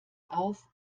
auf